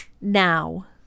now